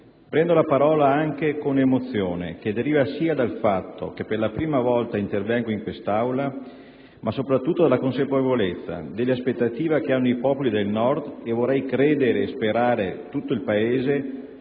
prendo la parola con un'emozione che deriva non solo dal fatto che per la prima volta intervengo in quest'Aula, ma soprattutto dalla consapevolezza delle aspettative dei popoli del Nord - e vorrei credere e sperare di tutto il Paese